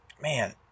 man